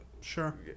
sure